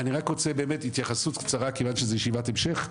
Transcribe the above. אני רק רוצה התייחסות קצרה כיוון שזו ישיבת המשך,